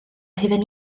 hufen